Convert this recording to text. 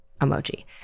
Emoji